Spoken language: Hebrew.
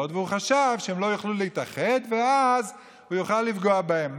והוא חשב שהן לא יוכלו להתאחד ואז הוא יוכל לפגוע בהן.